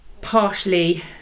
partially